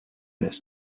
this